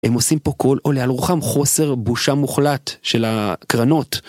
הם עושים פה כל עולה על רוחם חוסר בושה מוחלט של ה-קרנות.